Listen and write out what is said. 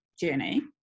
journey